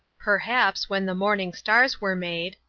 perhaps when the morning stars were made,